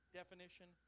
definition